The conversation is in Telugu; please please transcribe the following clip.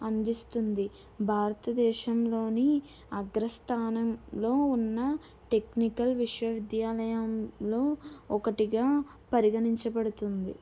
అందిస్తుంది భారతదేశంలోని అగ్రస్థానంలో ఉన్న టెక్నికల్ విశ్వవిద్యాలయంలో ఒకటిగా పరిగణించబడుతుంది